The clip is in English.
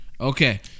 Okay